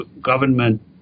government